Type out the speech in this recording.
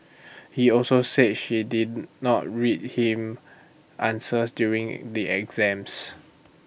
he also said she did not read him answers during the exams